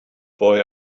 boy